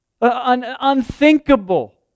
Unthinkable